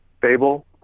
Fable